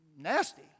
nasty